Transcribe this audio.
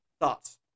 Thoughts